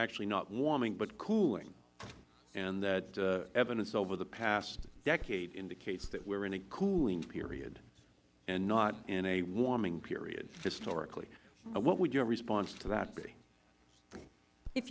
actually not warming but cooling and that evidence over the past decade indicates that we are in a cooling period and not in a warming period historically what would your response to that b